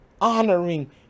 honoring